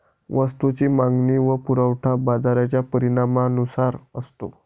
वस्तूची मागणी व पुरवठा बाजाराच्या परिणामानुसार असतो